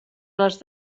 les